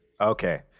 Okay